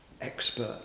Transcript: expert